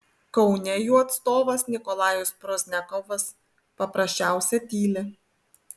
kaune jų atstovas nikolajus pozdniakovas paprasčiausiai tyli